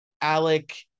Alec